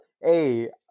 hey